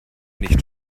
nicht